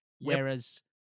whereas